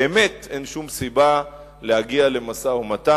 באמת אין שום סיבה להגיע למשא-ומתן,